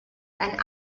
and